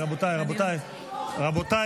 רבותיי, רבותיי, רבותיי.